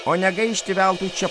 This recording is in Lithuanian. o negaišti veltui čia